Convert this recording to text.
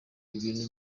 ibintu